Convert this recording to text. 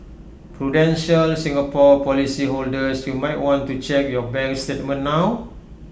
Prudential Singapore policyholders you might want to check your bank statement now